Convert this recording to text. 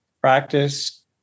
practice